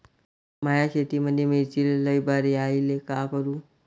माया शेतामंदी मिर्चीले लई बार यायले का करू?